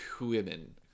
women